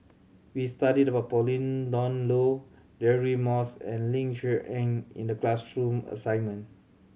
we studied about Pauline Dawn Loh Deirdre Moss and Ling Cher Eng in the class true assignment